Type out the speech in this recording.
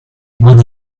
what